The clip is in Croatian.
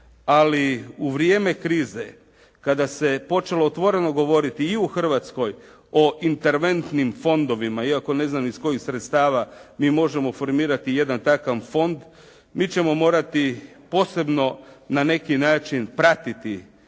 ali u vrijeme krize kada se počelo otvoreno govoriti i u Hrvatskoj o interventni fondovima, iako ne znam iz kojih sredstava, mi možemo formirati jedan takav fond. Mi ćemo morati posebno, na neki način pratiti